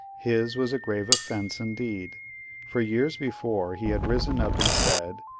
his was a grave offence indeed for years before, he had risen up and said,